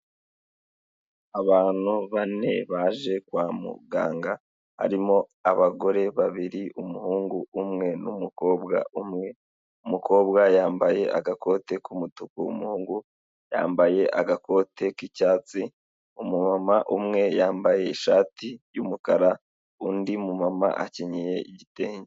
Abantu bane baje kwa muganga, harimo; abagore babiri, umuhungu umwe n'umukobwa umwe, umukobwa yambaye agakote k'umutuku, umuhungu yambaye agakote k'icyatsi, umumama umwe yambaye ishati y'umukara, undi mu mama akenyeye igitenge.